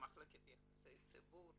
במחלקת יחסי ציבור